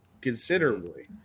considerably